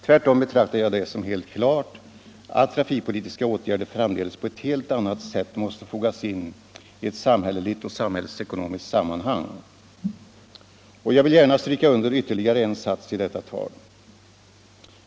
Tvärtom betraktar jag det som helt klart att trafikpolitiska åtgärder framdeles på ett helt annat sätt måste fogas in i ett samhälleligt och samhällsekonomiskt sammanhang. Och jag vill gärna stryka under ytterligare en sats i detta tal.